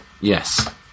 yes